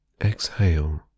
exhale